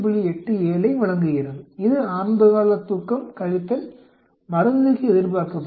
87 ஐ வழங்குகிறது இது ஆரம்பகால தூக்கம் மருந்துக்கு எதிர்பார்க்கப்பட்டவை